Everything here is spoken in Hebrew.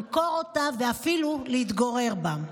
למכור אותה ואפילו לא להתגורר בה.